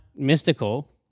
mystical